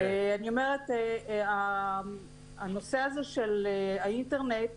אני אומרת שנושא הפריסה